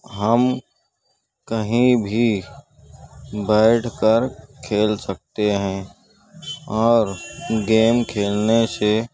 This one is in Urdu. ہم کہیں بھی بیٹھ کر کھیل سکتے ہیں اور گیم کھیلنے سے